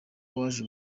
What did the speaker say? waje